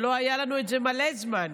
שלא היו לנו מלא זמן.